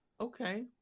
okay